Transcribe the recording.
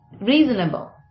reasonable